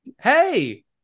hey